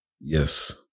Yes